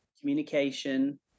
communication